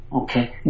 Okay